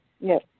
Yes